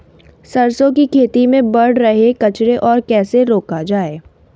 सरसों की खेती में बढ़ रहे कचरे को कैसे रोका जाए?